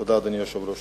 תודה, אדוני היושב-ראש.